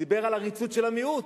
דיבר על עריצות של המיעוט,